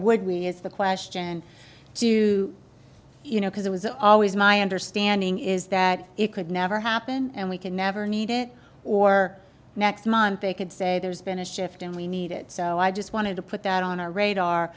would we is the question to you know because it was always my understanding is that it could never happen and we could never need it or next month they could say there's been a shift and we need it so i just wanted to put that on our radar